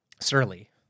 Surly